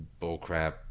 bullcrap